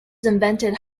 invented